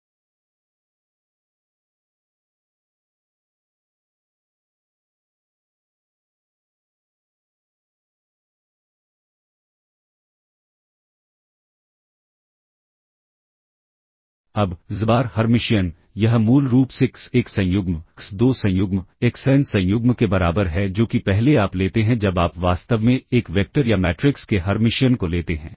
अब xbar hermitian यह मूल रूप से x1 संयुग्म x2 संयुग्म xn संयुग्म के बराबर है जो कि पहले आप लेते हैं जब आप वास्तव में एक वेक्टर या मैट्रिक्स के हर्मिशियन को लेते हैं